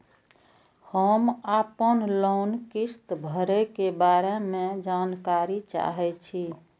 हम आपन लोन किस्त भरै के बारे में जानकारी चाहै छी?